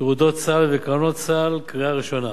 (תעודות סל וקרנות סל) קריאה ראשונה.